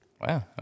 wow